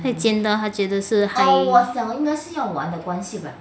太尖到它觉得是